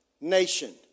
nation